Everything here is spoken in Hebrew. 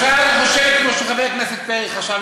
הממשלה הזו חושבת כמו שחבר הכנסת פרי חשב